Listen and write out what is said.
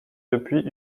depuis